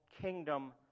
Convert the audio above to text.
kingdom